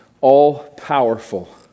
all-powerful